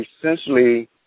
essentially